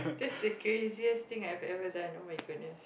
that's the craziest thing I've ever done oh-my-goodness